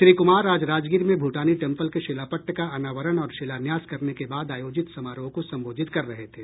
श्री कुमार आज राजगीर में भूटानी टेंपल के शिलापट्ट का अनावरण और शिलान्यास करने के बाद आयोजित समारोह को संबोधित कर रहे थे